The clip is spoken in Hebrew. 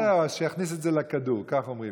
זהו, אז שיכניס את זה לכדור, כך אומרים.